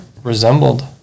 resembled